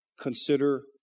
Consider